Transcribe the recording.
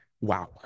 Wow